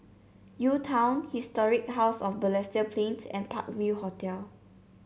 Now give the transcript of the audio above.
UTown Historic House of Balestier Plains and Park View Hotel